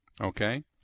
okay